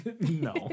no